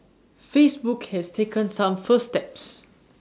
Facebook has taken some first steps